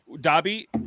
Dobby